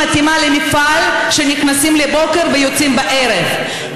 היא מתאימה למפעל שנכנסים בבוקר ויוצאים בערב.